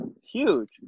Huge